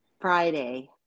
Friday